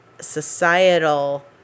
societal